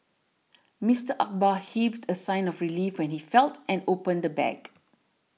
Mister Akbar heaved a sign of relief when he felt and opened the bag